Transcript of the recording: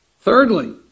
Thirdly